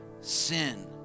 sin